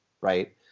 right